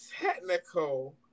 technical